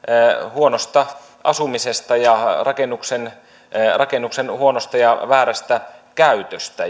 huonosta asumisesta ja rakennuksen rakennuksen huonosta ja väärästä käytöstä